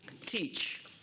teach